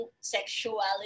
sexuality